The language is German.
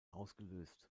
ausgelöst